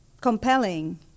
compelling